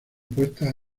puestas